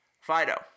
Fido